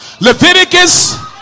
Leviticus